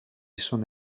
sono